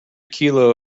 kilo